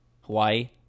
Hawaii